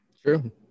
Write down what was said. true